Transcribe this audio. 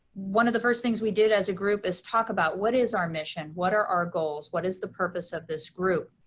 one of the first things we did as a group is talk about what is our mission, what are our goals, what is the purpose of this group?